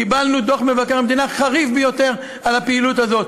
קיבלנו דוח מבקר המדינה חריף ביותר על הפעילות הזאת,